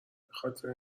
بخاطر